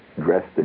dressed